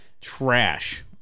Trash